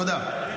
תודה.